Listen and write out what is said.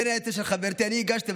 אני הגשתי,